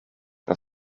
dan